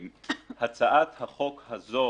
הצעת החוק הזו